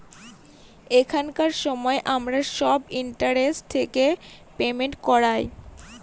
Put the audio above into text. এখনকার সময় আমরা সব ইন্টারনেট থেকে পেমেন্ট করায়